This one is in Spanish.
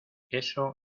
eso